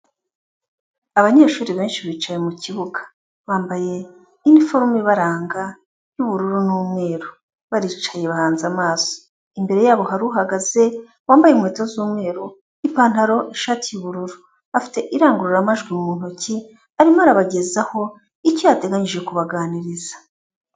Abanyeshuri benshi bicaye mu kibuga, bambaye iniforume ibaranga y'ubururu n'umweru, baricaye bahanze amaso. Imbere yabo hari uhagaze wambaye inkweto z'umweru, ipantaro, ishati y'ubururu, afite irangururamajwi mu ntoki arimo arabagezaho icyo yateganyije kubaganiriza.